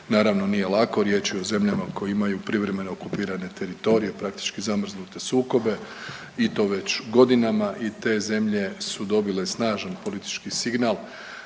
naravno nije lako, riječ je o zemljama koje imaju privremeno okupirane teritorije, praktički zamrznute sukobe i to već godinama i te zemlje su dobile snažan politički signal